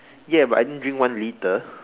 ya but I didn't drink one litre